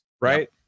right